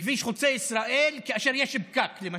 בכביש חוצה ישראל כאשר יש פקק, למשל?